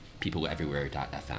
peopleeverywhere.fm